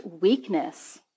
weakness